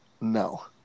No